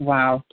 Wow